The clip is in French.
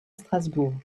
strasbourg